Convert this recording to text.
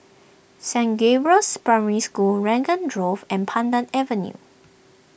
Saint Gabriel's Primary School Raglan drove and Pandan Avenue